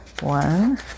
one